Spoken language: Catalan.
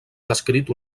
descrit